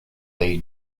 dei